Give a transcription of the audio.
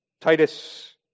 Titus